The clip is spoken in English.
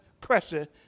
pressure